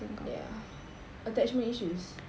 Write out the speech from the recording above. ya attachment issues